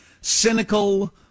cynical